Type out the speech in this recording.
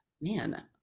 man